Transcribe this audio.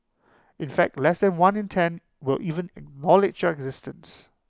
in fact less than one in ten will even knowledge your existence